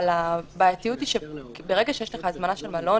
אבל הבעייתיות היא שברגע שיש לך הזמנה של מלון,